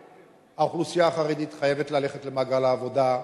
האוכלוסייה החרדית חייבת ללכת למעגל העבודה,